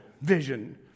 vision